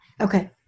Okay